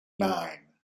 nine